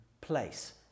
place